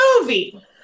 movie